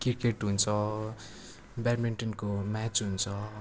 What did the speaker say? cricket हुन्छ ब्याडमिन्टनको match हुन्छ